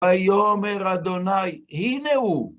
ויאמר אדוניי, הנה הוא!